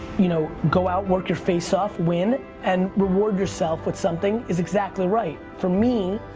you know, go out, work your face off, win and reward yourself with something is exactly right. for me,